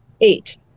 eight